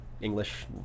English